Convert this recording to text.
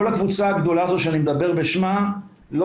כל הקבוצה הגדולה הזו שאני מדבר בשמה לא